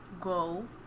go